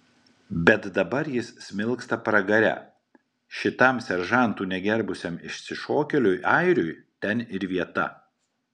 bet dabar jis smilksta pragare šitam seržantų negerbusiam išsišokėliui airiui ten ir vieta